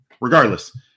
Regardless